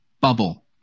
bubble